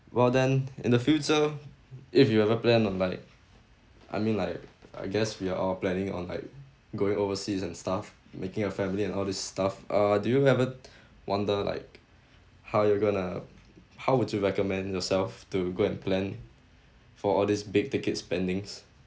well then in the future if you ever plan on like I mean like I guess we're all planning on like going overseas and stuff making a family and all this stuff uh do you ever wonder like how you're gonna how would you recommend yourself to go and plan for all these big ticket spendings